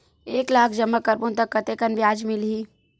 एक लाख जमा करबो त कतेकन ब्याज मिलही?